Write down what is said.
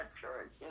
church